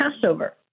Passover